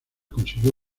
consiguió